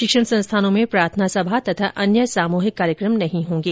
शिक्षण संस्थानों में प्रार्थना सभा तथा अन्य सामूहिक कार्यक्रम नहीं होंगे